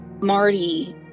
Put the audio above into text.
Marty